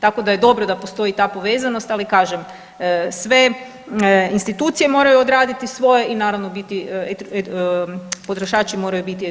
Tako da je dobro da postoji ta povezanost, ali kažem sve institucije moraju odraditi svoje i naravno biti, potrošači moraju biti educirani.